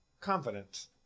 confident